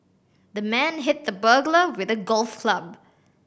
the man hit the burglar with a golf club